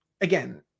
again